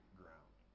ground